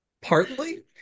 partly